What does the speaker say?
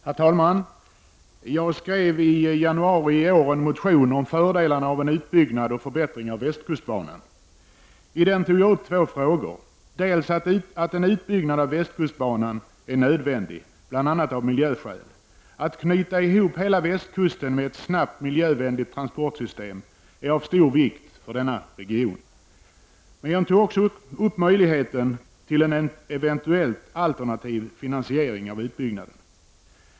Herr talman! Jag väckte i januari i år en motion om fördelarna av en utbyggnad och förbättring av västkustbanan. I den anförde jag att en utbyggnad av västkustbanan är nödvändig, bl.a. av miljöskäl. Att knyta ihop hela västkusten med ett snabbt, miljövänligt transportsystem är av stor vikt för denna region. Men jag tog också upp möjligheten till en eventuell alternativ finansiering av utbyggnaden.